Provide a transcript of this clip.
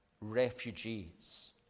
refugees